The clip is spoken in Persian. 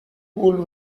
پول